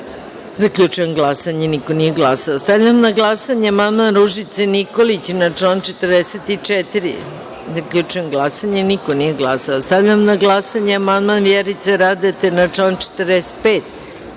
43.Zaključujem glasanje: niko nije glasao. Stavljam na glasanje amandman Ružice Nikolić na član 44.Zaključujem glasanje: niko nije glasao. Stavljam na glasanje amandman Vjerice Radete na član